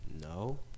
No